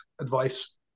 advice